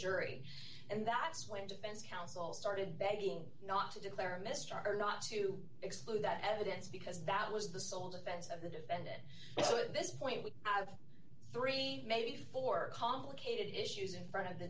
jury and that's when defense counsel started begging not to declare a mistrial or not to exclude that evidence because that was the sole defense of the defendant at this point we have three maybe four complicated issues in front of the